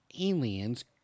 aliens